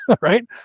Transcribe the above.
right